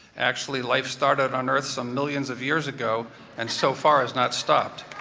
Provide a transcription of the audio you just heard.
actually, life started on earth some millions of years ago and so far has not stopped.